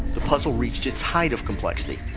the puzzle reached its height of complexity,